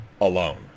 alone